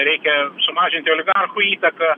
reikia sumažinti oligarchų įtaką